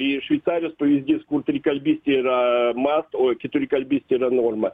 į šveicarijos pavyzdys kur trikalbystė yra mat o keturikalbystė yra norma